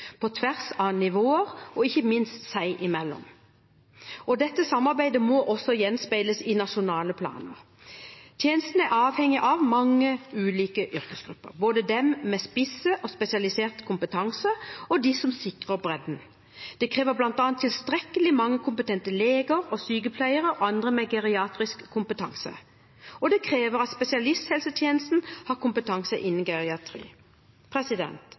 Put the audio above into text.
på tvers av nivåer og ikke minst seg imellom. Dette samarbeidet må også gjenspeiles i nasjonale planer. Tjenestene er avhengig av mange ulike yrkesgrupper, både de med spiss- og spesialisert kompetanse, og de som sikrer bredden. Det krever bl.a. tilstrekkelig mange kompetente leger, sykepleiere og andre med geriatrisk kompetanse, og det krever at spesialisthelsetjenesten har kompetanse innen geriatri.